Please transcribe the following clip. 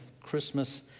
Christmas